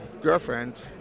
girlfriend